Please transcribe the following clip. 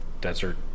desert